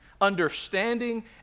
understanding